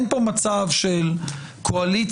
אין פה מצב של קואליציה,